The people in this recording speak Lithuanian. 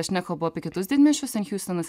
aš nekalbu apie kitus didmiesčius ten hiustonas